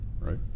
right